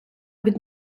від